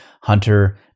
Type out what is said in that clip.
Hunter